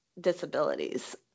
disabilities